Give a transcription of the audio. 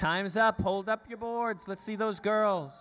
time is up hold up your boards let's see those girls